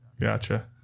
Gotcha